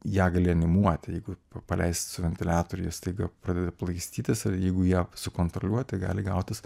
ją gali animuoti jeigu paleist ventiliatoriai staiga pradeda plaikstytis ir jeigu ją sukontroliuoti gali gautis